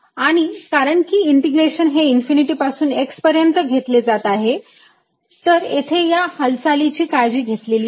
आणि कारण की इंटिग्रेशन हे इन्फिनिटी पासून x पर्यंत घेतले जात आहे तर इथे या हालचालीची काळजी घेतलेली आहे